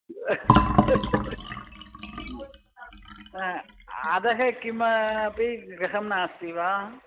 हा अधः किमपि गृहं नास्ति वा